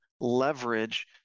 leverage